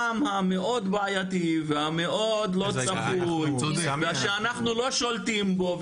המאוד בעייתי והמאוד לא צפוי ושאנחנו לא שולטים בו,